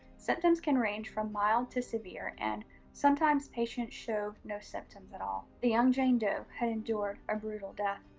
symptoms can range from mild to severe, and sometimes patients show no symptoms at all. the young jane doe had endured a brutal death.